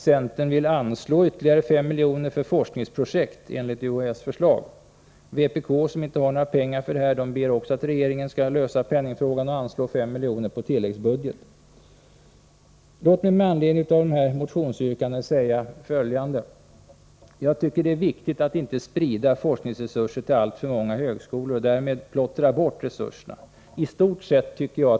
Centern vill anslå ytterligare 5 miljoner för forskningsprojekt enligt UHÄ:s förslag. Vpk, som inte har några pengar för det här, ber att regeringen skall lösa frågan genom att anslå 5 milj.kr. på tilläggsbudget. Låt mig med anledning av dessa motionsyrkanden säga följande: Jag tycker det är viktigt att inte sprida forskningsresurserna till alltför många högskolor och därmed plottra bort dem.